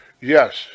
Yes